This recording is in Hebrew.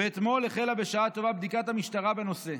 ואתמול החלה בשעה טובה בדיקת המשטרה בנושא.